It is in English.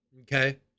okay